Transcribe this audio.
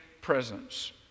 presence